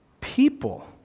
people